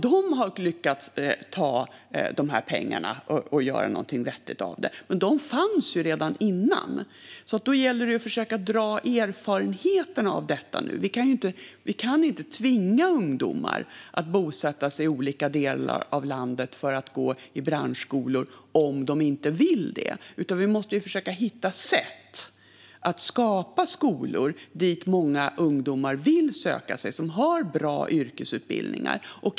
De har lyckats ta dessa pengar och göra något vettigt av dem. Men de fanns ju redan innan. Det gäller nu att försöka dra erfarenheten av detta. Vi kan inte tvinga ungdomar att bosätta sig i olika delar av landet för att gå i branschskolor om de inte vill det, utan vi måste försöka hitta sätt att skapa skolor dit många ungdomar vill söka sig, som har bra yrkesutbildningar.